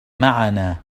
معنا